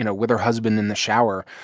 and with her husband in the shower.